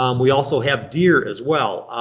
um we also have deer as well,